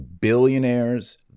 billionaires